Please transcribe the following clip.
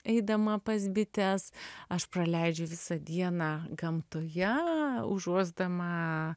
eidama pas bites aš praleidžiu visą dieną gamtoje užuosdama